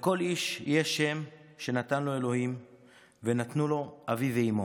"לכל איש יש שם / שנתן לו אלוהים / ונתנו לו אביו ואימו.